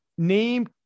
name